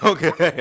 Okay